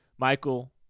Michael